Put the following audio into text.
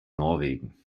norwegen